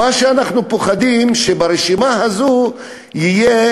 מה שאנחנו פוחדים הוא שברשימה הזו יהיה